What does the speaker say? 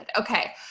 okay